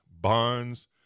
bonds